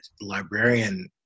librarian